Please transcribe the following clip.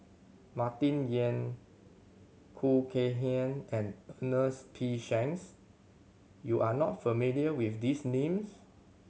Martin Yan Khoo Kay Hian and Ernest P Shanks you are not familiar with these names